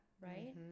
right